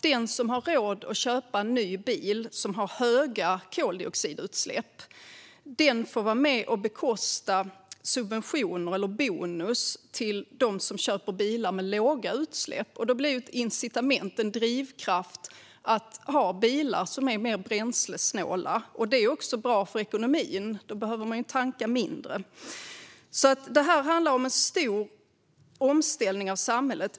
Den som har råd att köpa en ny bil som har stora koldioxidutsläpp får vara med och bekosta subventioner, eller bonus, till dem som köper bilar med låga utsläpp. Då blir incitamentet, drivkraften, att ha bilar som är mer bränslesnåla. Det är också bra för ekonomin. Då behöver man tanka mindre. Detta handlar alltså om en stor omställning av samhället.